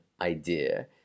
idea